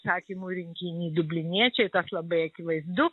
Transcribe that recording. apsakymų rinkiny dubliniečiai tas labai akivaizdu